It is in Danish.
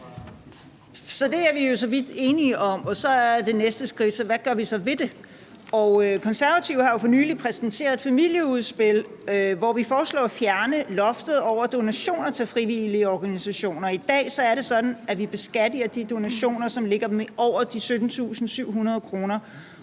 Så det er vi jo så vidt enige om, og så er det næste skridt: Hvad gør vi så ved det? Og Konservative har jo for nylig præsenteret et familieudspil, hvor vi foreslår at fjerne loftet over donationer til frivillige organisationer. I dag er det sådan, at vi beskatter de donationer, som ligger over 17.700 kr.,